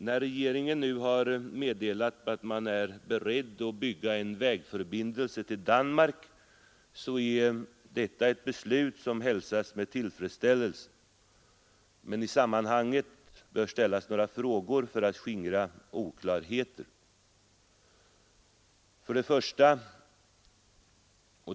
När regeringen nu har meddelat att man är beredd att bygga en vägförbindelse till Danmark, så är det ett beslut som hälsas med tillfredsställelse. Men i sammanhanget bör ställas några frågor för att skingra oklarheter.